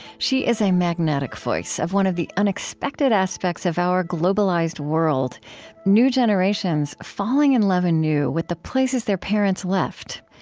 she is a magnetic voice of one of the unexpected aspects of our globalized world new generations falling in love, anew, with the places their parents left.